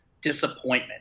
disappointment